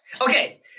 Okay